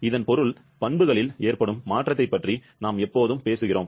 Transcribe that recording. இதன் பொருள் பண்புகளில் ஏற்படும் மாற்றத்தைப் பற்றி நாம் எப்போதும் பேசுகிறோம்